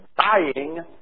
dying